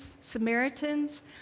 Samaritans